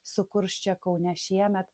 sukurs čia kaune šiemet